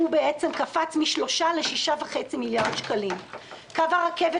והוא קפץ מ-3 ל-6.5 מיליארד שקלים; קו הרכבת